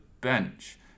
bench